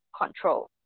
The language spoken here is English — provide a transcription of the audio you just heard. control